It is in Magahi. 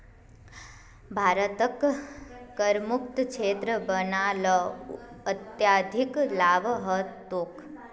भारतक करमुक्त क्षेत्र बना ल अत्यधिक लाभ ह तोक